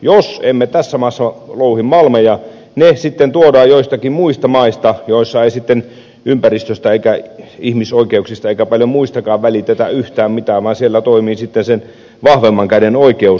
jos emme tässä maassa louhi malmeja ne sitten tuodaan joistakin muista maista joissa ei sitten ympäristöstä eikä ihmisoikeuksista eikä paljon muustakaan välitetä yhtään mitään vaan siellä toimii vahvemman käden oikeus